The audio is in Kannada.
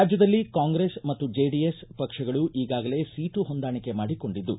ರಾಜ್ಯದಲ್ಲಿ ಕಾಂಗ್ರೆಸ್ ಮತ್ತು ಜೆಡಿಎಸ್ ಪಕ್ಷಗಳು ಈಗಾಗಲೇ ಸೀಟು ಹೊಂದಾಣಿಕೆ ಮಾಡಿಕೊಂಡಿದ್ದು